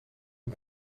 hun